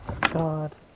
God